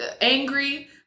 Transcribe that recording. angry